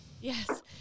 Yes